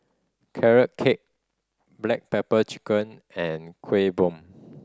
Carrot Cake black pepper chicken and Kuih Bom